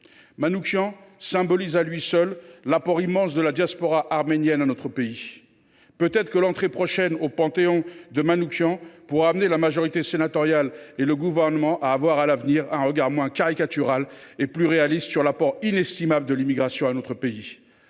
Manouchian symbolise à lui seul l’apport immense de la diaspora arménienne à notre pays. Peut être son entrée prochaine au Panthéon amènera t elle la majorité sénatoriale et le Gouvernement à jeter à l’avenir un regard moins caricatural et plus réaliste sur l’apport inestimable de l’immigration à notre pays